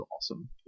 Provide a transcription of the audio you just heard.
awesome